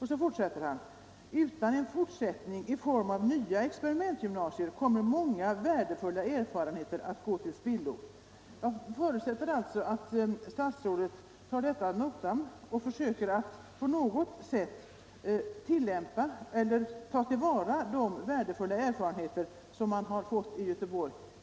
Han fortsätter: ”Utan en fortsättning i form av nya experimentgymnasier kommer många värdefulla erfarenheter att gå till spillo.” Jag förutsätter alltså att statsrådet tar detta ad notam och försöker att på något sätt ta till vara de värdefulla erfarenheter som man har fått i Göteborg.